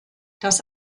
das